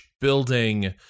building